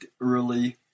early